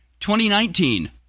2019